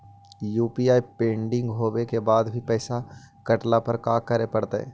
UPI pending होवे के बाद भी पैसा कटला पर का करे पड़तई?